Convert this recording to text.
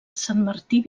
santmartí